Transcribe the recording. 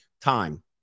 Time